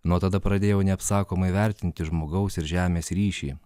nuo tada pradėjau neapsakomai vertinti žmogaus ir žemės ryšį